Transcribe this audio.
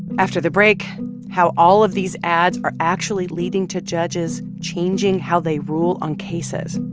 after the break how all of these ads are actually leading to judges changing how they rule on cases.